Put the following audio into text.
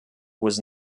was